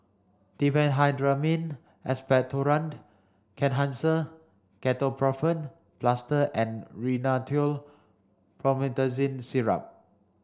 Diphenhydramine Expectorant Kenhancer Ketoprofen Plaster and Rhinathiol Promethazine Syrup